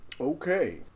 okay